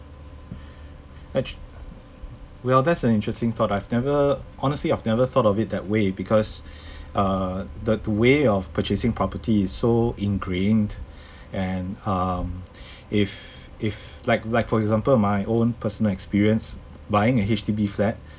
ac~ well that's an interesting thought never honestly I never thought of it that way because err the way of purchasing property is so ingrained and um if if like like for example my own personal experience buying a H_D_B flat